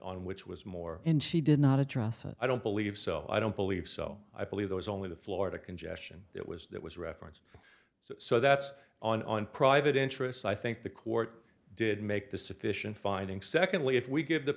on which was more in she did not address i don't believe so i don't believe so i believe that was only the florida congestion it was that was a reference so that's on private interests i think the court did make the sufficient finding secondly if we give the